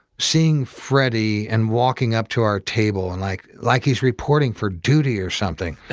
seeing freddie and walking up to our table and like, like he's reporting for duty or something.